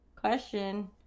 question